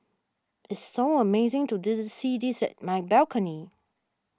it's so amazing to did see this at my balcony